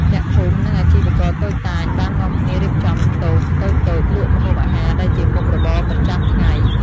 អ្នកភូមិ និងអាជីវករតូចតាចបាននាំគ្នារៀបចំតូបតូចៗលក់ម្ហូបអាហារដែលជាមុខរបរប្រចាំថ្ងៃ។